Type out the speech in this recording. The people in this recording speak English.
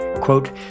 Quote